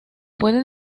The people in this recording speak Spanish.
puede